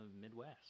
Midwest